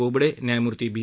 बोबडे न्यायमूर्ती बी